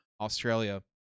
Australia